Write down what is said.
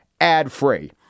ad-free